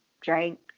drank